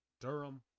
Durham